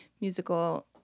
musical